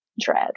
dread